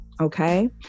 Okay